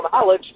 knowledge